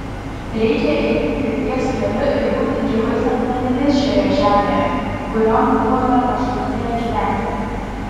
reikia eiti vilties keliu ir būti gyvais akmenimis šioje žemėje kurion buvome pašaukti gyventi